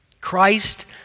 Christ